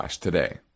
today